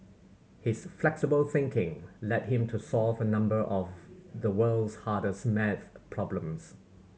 his flexible thinking led him to solve a number of the world's hardest maths problems